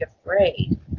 afraid